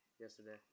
yesterday